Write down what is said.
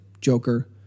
joker